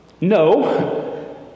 No